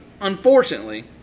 unfortunately